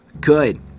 good